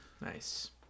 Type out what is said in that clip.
Nice